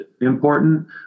important